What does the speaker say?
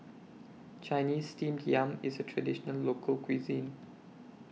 Chinese Steamed Yam IS A Traditional Local Cuisine